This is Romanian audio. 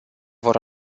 vor